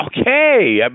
okay